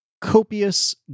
copious